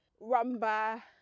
rumba